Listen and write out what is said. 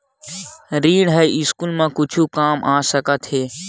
ऋण ह स्कूल मा कुछु काम आ सकत हे?